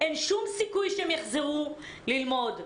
אין שום סיכוי שהם יחזרו ללמוד.